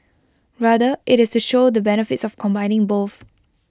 rather IT is to show the benefits of combining both